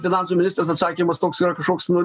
finansų ministras atsakymas toks yra kažkoks nu